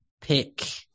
pick